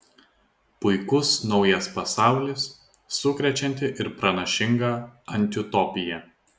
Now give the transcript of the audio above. puikus naujas pasaulis sukrečianti ir pranašinga antiutopija